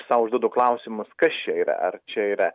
sau užduodu klausimus kas čia yra ar čia yra